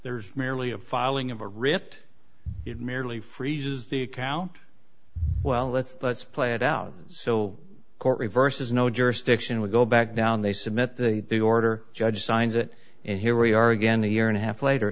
there is merely a filing of a writ it merely freezes the account well let's let's play it out so court reverses no jurisdiction will go back down they submit the the order judge signs it and here we are again a year and a half later